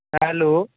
hello